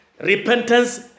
repentance